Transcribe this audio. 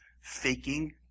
faking